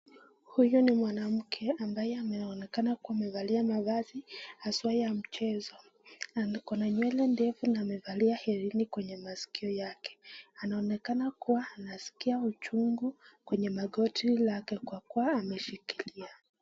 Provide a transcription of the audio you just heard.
Huyu ni mwanamke ambaye anaonekana kuwa amevalia mavazi haswa ya mchezo ako na nywele ndefu na amevalia heleni kwenye maskio yake. Anaonekana kuwa anaskia uchungu kwenye magoti lake kwa kuwa ameshikilia.